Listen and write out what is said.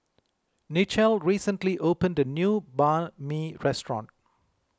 Nichelle recently opened a new Banh Mi restaurant